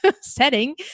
setting